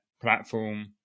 platform